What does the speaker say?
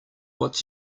what